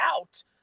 out